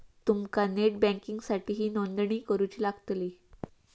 तुमका नेट बँकिंगसाठीही नोंदणी करुची लागतली